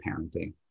parenting